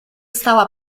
stała